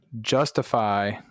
justify